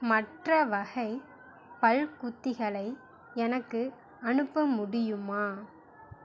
மற்ற வகை பல்குத்திகளை எனக்கு அனுப்ப முடியுமா